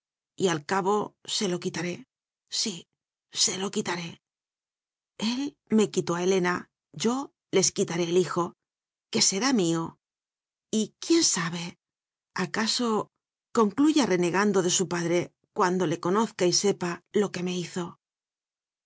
al cabo se lo quitaré sí se lo quitaré el me quitó a hele na yo les quitaré el hijo que será mío y quién sabe acaso concluya renegando de su padre cuando le conozca y sepa lo que me hizo